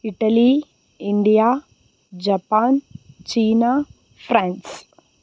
Italy India Japan China France